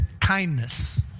kindness